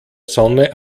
sonne